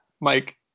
Mike